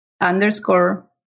underscore